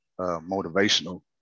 motivational